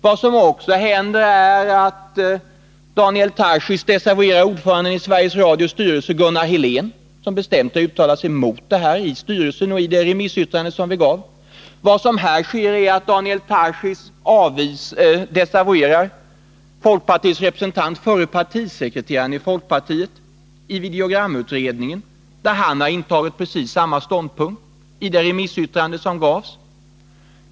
Vad som också händer är att Daniel Tarschys desavouerar ordföranden i Sveriges Radios styrelse, Gunnar Helén, som bestämt har uttalat sig emot detta i styrelsen och i det remissyttrande som avgavs. Daniel Tarschys desavouerar dessutom förre partisekreteraren i folkpartiet och folkpartiets representant i videogramutredningen, som har intagit precis samma ståndpunkt i det avgivna remissyttrandet.